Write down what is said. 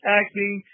acting